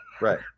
Right